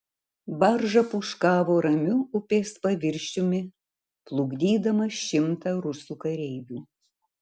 barža pūškavo ramiu upės paviršiumi plukdydama šimtą rusų kareivių